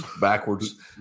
backwards